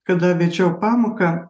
kada vedžiau pamoką